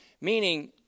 Meaning